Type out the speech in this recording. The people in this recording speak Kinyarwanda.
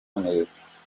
neza